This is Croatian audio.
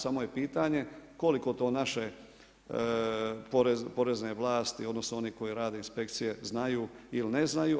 Samo je pitanje koliko to naše porezne vlasti, odnosno, oni koji rade inspekcije znaju ili ne znaju.